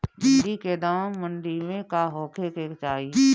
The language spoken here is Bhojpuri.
भिन्डी के दाम मंडी मे का होखे के चाही?